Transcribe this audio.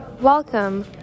Welcome